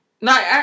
No